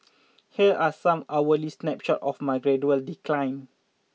here are some hourly snapshots of my gradual decline